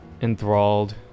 enthralled